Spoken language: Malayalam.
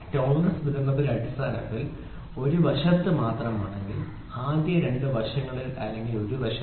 ടോളറൻസ് വിതരണം അടിസ്ഥാനത്തിന്റെ ഒരു വശത്ത് മാത്രമാണെങ്കിൽ ആദ്യ രണ്ട് വശങ്ങളിൽ അല്ലെങ്കിൽ ഒരു വശത്ത്